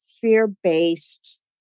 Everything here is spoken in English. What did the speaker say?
fear-based